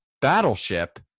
Battleship